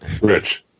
Rich